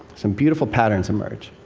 some beautiful patterns emerge.